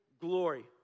glory